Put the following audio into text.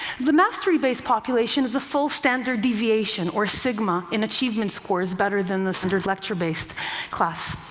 the mastery-based population was a full standard deviation, or sigma, in achievement scores better than the standard lecture-based class,